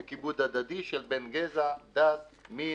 בכיבוד הדדי של גזע, דת, מין,